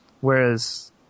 whereas